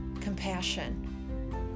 Compassion